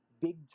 big